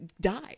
die